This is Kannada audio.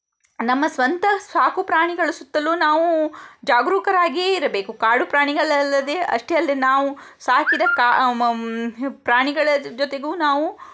ನಮ್ಮ ಸ್ವಂತ ಸಾಕು ಪ್ರಾಣಿಗಳ ಸುತ್ತಲೂ ನಾವು ಜಾಗರೂಕರಾಗಿಯೇ ಇರಬೇಕು ಕಾಡು ಪ್ರಾಣಿಗಳಲ್ಲದೇ ಅಷ್ಟೇ ಅಲ್ಲದೇ ನಾವು ಸಾಕಿರೋ ಪ್ರಾಣಿಗಳ ಜೊತೆಗೂ ನಾವು